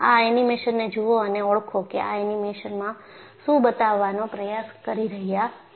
આ એનિમેશનને જુઓ અને ઓળખો કે આ એનિમેશનમાં શું બતાવવાનો પ્રયાસ કરી રહ્યા છે